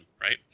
right